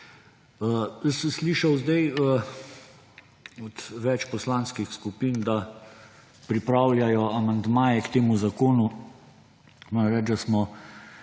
slišal od več poslanskih skupin, da pripravljajo amandmaje k temu zakonu. Moram reči,